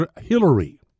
Hillary